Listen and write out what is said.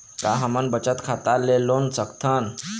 का हमन बचत खाता ले लोन सकथन?